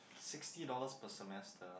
sixty dollars per semester